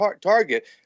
target